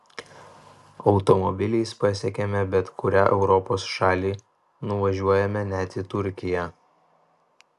automobiliais pasiekiame bet kurią europos šalį nuvažiuojame net į turkiją